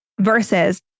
versus